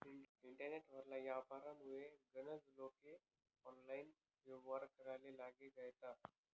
internet वरला यापारमुये गनज लोके ऑनलाईन येव्हार कराले लागी गयात